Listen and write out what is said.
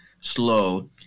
slow